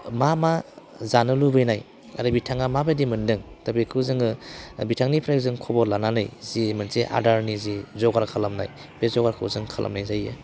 मा मा जानो लुबैनाय आरो बिथाङा माबायदि मोन्दों दा बेखौ जोङो बिथांनिफ्राय जों खबर लानानै जि मोनसे आदारनि जि जगार खालामनाय बे जगारखौ जों खालामनाय जायो